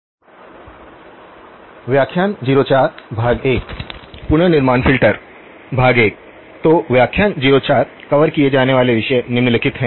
तो व्याख्यान 04 कवर किए जाने वाले विषय निम्नलिखित हैं